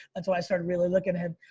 that's why i started really looking at him.